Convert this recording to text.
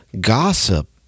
gossip